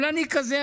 אבל אני כזה,